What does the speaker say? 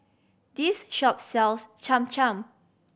this shop sells Cham Cham